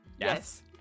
Yes